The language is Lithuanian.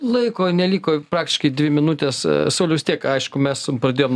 laiko neliko praktiškai dvi minutės sauliau vis tiek aišku mes pradėjom